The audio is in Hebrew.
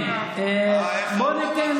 כן, בואו ניתן,